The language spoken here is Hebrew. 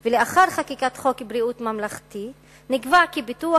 ולאחר חקיקת חוק ביטוח בריאות ממלכתי נקבע כי ביטוח